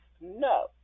no